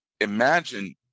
imagine